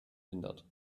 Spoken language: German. hindert